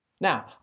Now